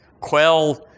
quell